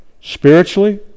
spiritually